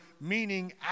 meaning